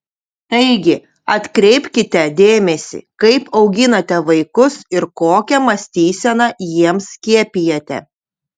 taigi atkreipkite dėmesį kaip auginate vaikus ir kokią mąstyseną jiems skiepijate